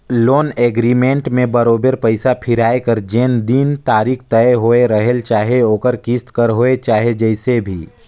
loan agreement में बरोबेर पइसा फिराए कर जेन दिन तारीख तय होए रहेल चाहे ओहर किस्त कर होए चाहे जइसे भी